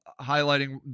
highlighting